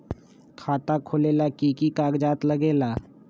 खाता खोलेला कि कि कागज़ात लगेला?